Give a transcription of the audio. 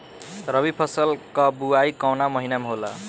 रबी फसल क बुवाई कवना महीना में होला?